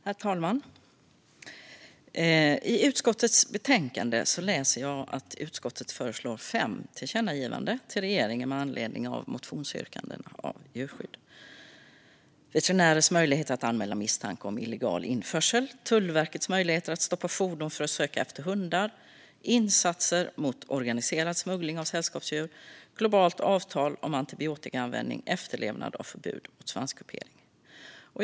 Herr talman! I utskottets betänkande läser jag att utskottet föreslår fem tillkännagivanden till regeringen med anledning av motionsyrkanden om djurskydd. Det rör veterinärers möjligheter att anmäla misstanke om illegal införsel Tullverkets möjligheter att stoppa fordon för att söka efter hundar insatser mot organiserad smuggling av sällskapsdjur ett globalt avtal om antibiotikaanvändning efterlevnad av förbud mot svanskupering.